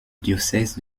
diocèse